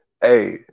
hey